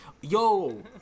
Yo